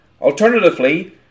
Alternatively